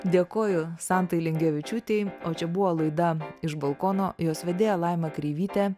dėkoju santai lingevičiūtei o čia buvo laida iš balkono jos vedėja laima kreivytė